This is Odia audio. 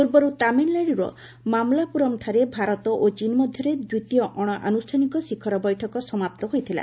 ପୂର୍ବରୁ ତାମିଲନାଡୁର ମାମଲାପୁରମ୍ଠାରେ ଭାରତ ଓ ଚୀନ୍ ମଧ୍ୟରେ ଦ୍ୱିତୀୟ ଅଣଆନୁଷ୍ଠାନିକ ଶିଖର ବୈଠକ ସମାପ୍ତ ହୋଇଥିଲା